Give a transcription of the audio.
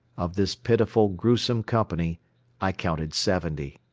of this pitiful gruesome company i counted seventy.